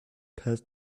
past